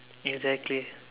exactly